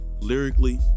lyrically